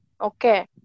Okay